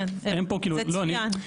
כן, זה צוין.